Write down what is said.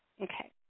Okay